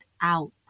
out